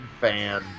fan